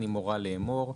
אני מורה לאמור: